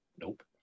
Nope